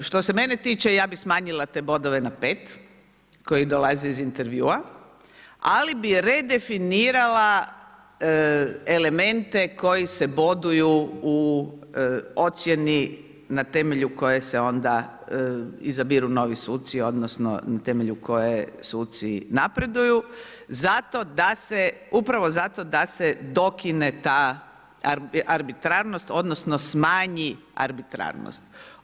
Što se mene tiče ja bih smanjila te bodove na 5 koji dolaze iz intervjua, ali bi redefinirala elemente koji se boduju u ocjeni na temelju koje se onda izabiru novi suci odnosno na temelju koje suci napreduju, upravo zato da se dokine ta arbitrarnost odnosno smanji arbitrarnost.